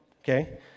okay